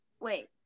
Wait